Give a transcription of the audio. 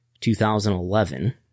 2011